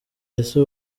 ese